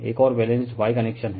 एक और balanced Y connection हैं